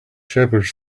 shepherds